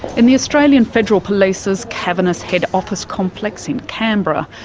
in the australian federal police's cavernous head office complex in canberra,